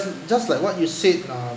just like what you said uh